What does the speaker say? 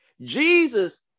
Jesus